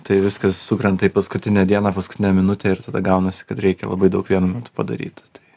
tai viskas sukrenta į paskutinę dieną paskutinę minutę ir tada gaunasi kad reikia labai daug vienu metu padaryti tai